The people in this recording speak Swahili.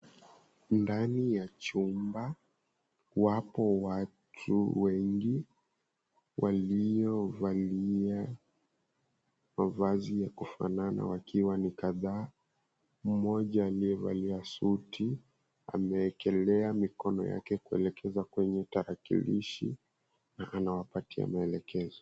Ndani ya chumba wapo watu wengi waliovalia mavazi ya kufanana wakiwa ni kadhaa. Mmoja aliyevalia suti ame ekelea mikono yake kuelekeza kwenye tarakilishi na anawapatia maelekezo.